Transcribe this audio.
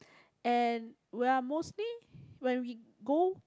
and we're mostly when we go